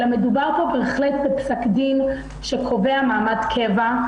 אלא מדובר פה בהחלט בפסק דין שקובע מעמד קבע,